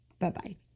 Bye-bye